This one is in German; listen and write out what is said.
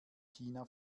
china